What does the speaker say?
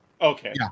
Okay